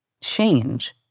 change